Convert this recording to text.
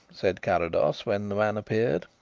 said carrados when the man appeared.